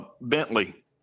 Bentley